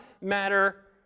matter